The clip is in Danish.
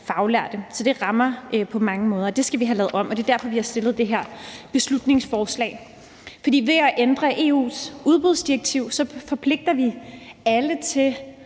faglærte. Så det rammer på mange måder, og det skal vi have lavet om, og det er derfor, vi har fremsat det her beslutningsforslag. Ved at ændre EU's udbudsdirektiv forpligter vi alle til